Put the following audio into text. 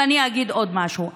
ואני אגיד עוד משהו.